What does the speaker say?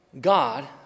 God